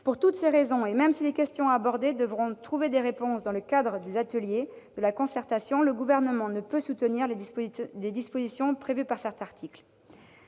Pour toutes ces raisons, et même si les questions abordées devront trouver des réponses dans le cadre des ateliers de la concertation, le Gouvernement ne peut soutenir les dispositions prévues par cet article.